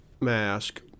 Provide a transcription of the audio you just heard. mask